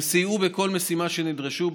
הם סייעו בכל משימה שנדרשו,